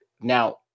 now